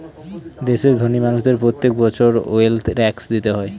দেশের ধোনি মানুষদের প্রত্যেক বছর ওয়েলথ ট্যাক্স দিতে হয়